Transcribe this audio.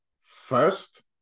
first